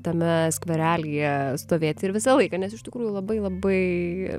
tame skverelyje stovėt ir visą laiką nes iš tikrųjų labai labai